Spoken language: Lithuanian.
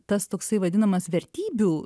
tas toksai vadinamas vertybių